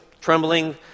trembling